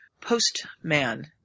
postman